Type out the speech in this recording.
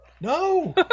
No